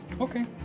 okay